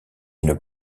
une